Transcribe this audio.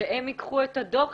שהם ייקחו את הדוח,